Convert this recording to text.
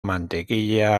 mantequilla